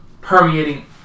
permeating